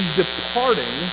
departing